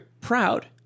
proud